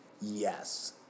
Yes